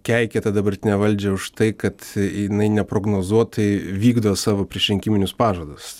keikė tą dabartinę valdžią už tai kad jinai neprognozuotai vykdo savo priešrinkiminius pažadus